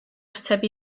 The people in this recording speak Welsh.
ateb